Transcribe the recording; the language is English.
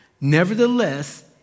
Nevertheless